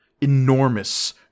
Enormous